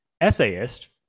essayist